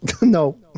no